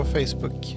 Facebook